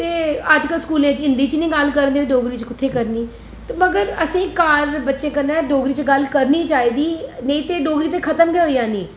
ते अजकल स्कूलें च हिंदी च नेईं गल्ल करदे डोगरी च कुत्थै करनी ते मगर असें घार बच्चें कन्नै डोगरी च गल्ल करनी चाहिदी नेईं ते डोगरी ते खत्म गै होई जानी